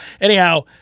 Anyhow